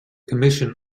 commission